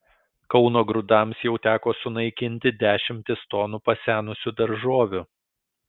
kauno grūdams jau teko sunaikinti dešimtis tonų pasenusių daržovių